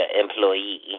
employee